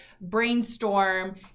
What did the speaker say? brainstorm